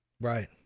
Right